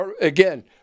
again